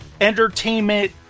entertainment